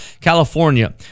California